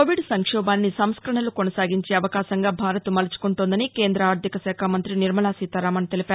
Covid సంక్షోభాన్ని సంస్కరణలు కొనసాగించే అవకాశంగా భారత్ మలుచుకుంటోందని కేంద్ర ఆర్ధికశాఖమంతి నిర్మలా సీతారామన్ తెలిపారు